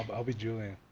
um i'll be julian.